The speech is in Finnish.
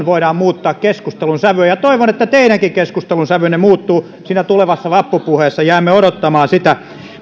voidaan muuttaa keskustelun sävyä ja toivon että teidänkin keskustelunne sävy muuttuu siinä tulevassa vappupuheessa jäämme odottamaan sitä